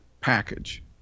package